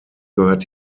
gehört